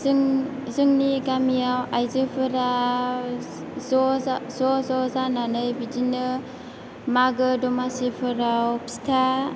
जों जोंनि गामियाव आइजोफोरा ज' ज' जानानै बिदिनो मागो दमासिफोराव फिथा